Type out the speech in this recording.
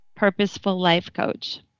PurposefulLifeCoach